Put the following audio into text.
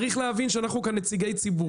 צריך להבין שאנחנו כאן נציגי ציבור.